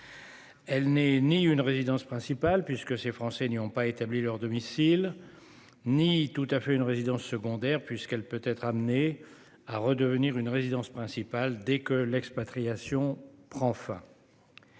n'est ni une résidence principale, puisque ces Français n'y ont pas établi leur domicile, ni tout à fait une résidence secondaire, puisqu'elle peut être amenée à redevenir une résidence principale dès que l'expatriation prend fin.